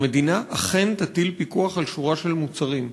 המדינה אכן תטיל פיקוח על שורה של מוצרים.